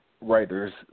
writers